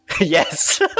Yes